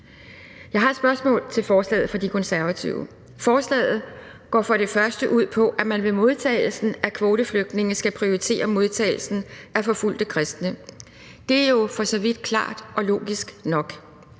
Jeg har et spørgsmål til forslaget fra De Konservative. Forslaget går for det første ud på, at man ved modtagelsen af kvoteflygtninge skal prioritere modtagelsen af forfulgte kristne. Det er jo for så vidt klart og logisk nok.